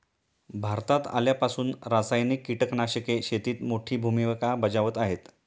भारतात आल्यापासून रासायनिक कीटकनाशके शेतीत मोठी भूमिका बजावत आहेत